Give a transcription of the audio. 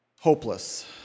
Hopeless